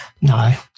No